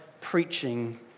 preaching